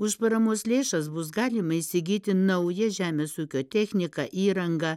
už paramos lėšas bus galima įsigyti naują žemės ūkio techniką įrangą